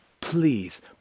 please